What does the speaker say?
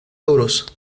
euros